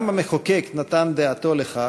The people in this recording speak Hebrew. גם המחוקק נתן דעתו לכך,